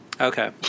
okay